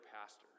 pastor